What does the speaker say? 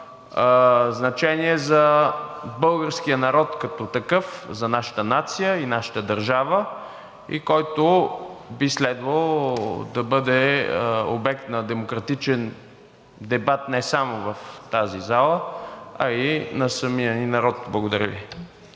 значение за българския народ като такъв, за нашата нация и нашата държава, и който би следвало да бъде обект на демократичен дебат не само в тази зала, а и на самия ни народ. Благодаря Ви.